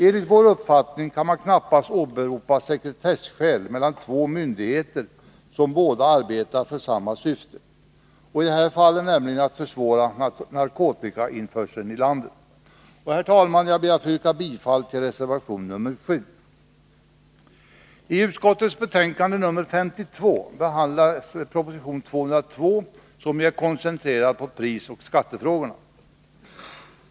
Enligt vår uppfattning kan man knappast åberopa sekretesskäl mellan två myndigheter som båda arbetar för samma syfte, i detta fall för att försvåra narkotikainförseln i landet. Herr talman! Jag ber att få yrka bifall till reservation nr 7. I utskottets betänkande nr 52 behandlas proposition 202, som är koncentrerad på prisoch skattefrågorna.